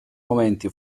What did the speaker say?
momenti